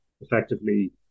Effectively